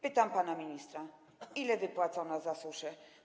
Pytam pana ministra: Ile wypłacono za suszę?